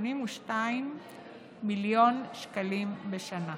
בכ-82 מיליון שקלים בשנה.